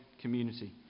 community